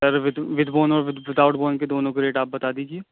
sir with with bone اور without bone کے دونوں کے ریٹ آپ بتا دیجیے